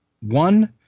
one